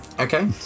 okay